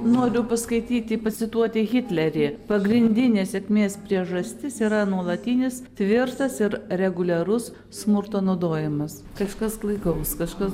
noriu paskaityti pacituoti hitlerį pagrindinė sėkmės priežastis yra nuolatinis tvirtas ir reguliarus smurto naudojimas kažkas klaikaus kažkas